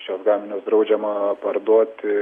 šiuos gaminius draudžiama parduoti